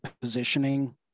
positioning